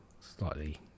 slightly